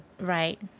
Right